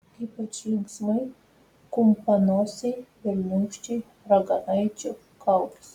ypač linksmi kumpanosiai velniūkščiai raganaičių kaukės